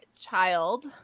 child